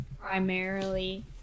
Primarily